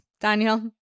daniel